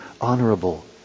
honorable